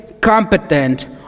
competent